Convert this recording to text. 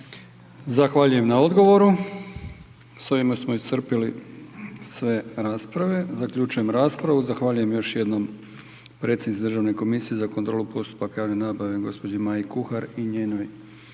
Zahvaljujem na odgovoru. S ovime smo iscrpili sve rasprave. Zaključujem raspravu. Zahvaljujem još jednom predsjednici Državne komisije za kontrolu javne nabave, gđi. Maji Kuhar i njenoj